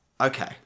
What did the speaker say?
Okay